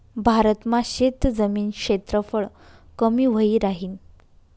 भारत मा शेतजमीन क्षेत्रफळ कमी व्हयी राहीन